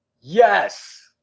Yes